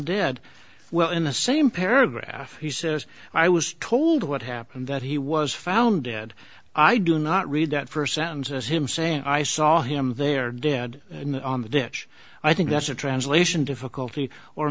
dead well in the same paragraph he says i was told what happened that he was found dead i do not read that first sentence as him saying i saw him there dead on the dish i think that's a translation